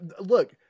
look